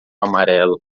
amarelo